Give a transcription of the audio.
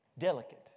delicate